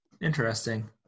Interesting